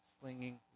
slinging